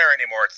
anymore